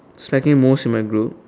slacking most in my group